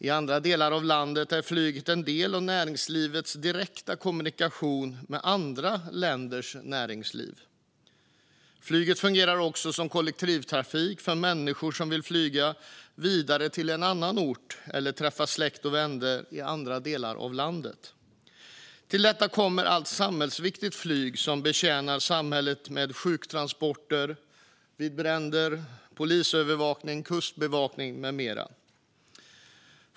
I andra delar av landet är flyget en del av näringslivets direkta kommunikation med andra länders näringsliv. Flyget fungerar också som kollektivtrafik för människor som vill flyga vidare till en annan ort eller träffa släkt och vänner i andra delar av landet. Till detta kommer allt samhällsviktigt flyg som betjänar samhället med sjuktransporter och hjälp vid bränder, polisövervakning, kustbevakning med mera.